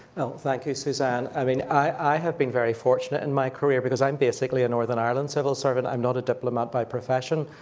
well, thank you suzanne. i mean, i have been very fortunate in my career, because i'm basically a northern ireland civil servant. i'm not a diplomat by profession,